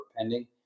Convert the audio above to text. pending